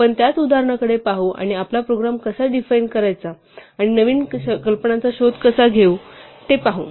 आपण त्याच उदाहरणाकडे पाहू आणि आपला प्रोग्राम कसा रिफाइन करायचा आणि नवीन कल्पनांचा शोध कसा घेऊ ते पाहू